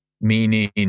meaning